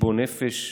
חשבון נפש,